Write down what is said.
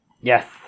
Yes